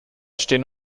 stehen